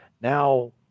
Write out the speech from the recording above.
now